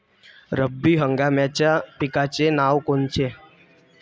रब्बी हंगामाच्या पिकाचे नावं कोनचे?